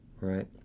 Right